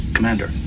Commander